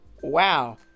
Wow